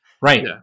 Right